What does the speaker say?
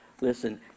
Listen